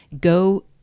go